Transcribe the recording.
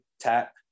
tap